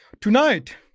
Tonight